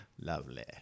Lovely